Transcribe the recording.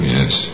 Yes